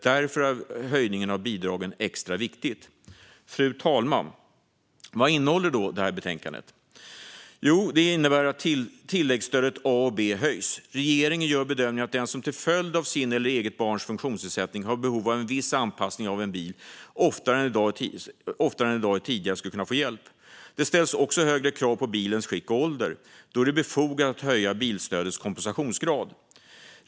Därför är höjningen av bidragen extra viktig. Fru talman! Vad innehåller då detta betänkande? Jo, det innebär att tilläggsstöden A och B höjs. Regeringen gör bedömningen att den som till följd av sin eller eget barns funktionsnedsättning har behov av en viss anpassning av en bil oftare i dag än tidigare skulle kunna få hjälp. Det ställs också högre krav på bilens skick och ålder. Då är det befogat att höja bilstödets kompensationsgrad.